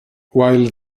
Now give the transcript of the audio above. while